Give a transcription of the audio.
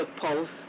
post